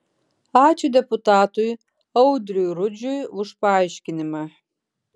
ačiū deputatui audriui rudžiui už paaiškinimą